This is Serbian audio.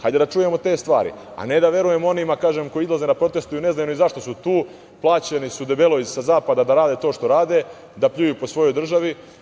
Hajde da čujemo te stvari, a ne da verujemo onima koji izlaze da protestuju a ne znaju ni zašto su tu, plaćeni su debelo sa zapada da rade to što rade, da pljuju po svojoj državi.